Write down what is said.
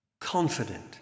confident